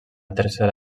tercera